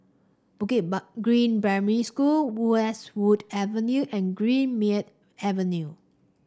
Green Primary School Westwood Avenue and Greenmead Avenue